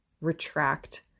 retract